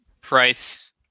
price